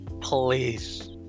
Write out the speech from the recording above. Please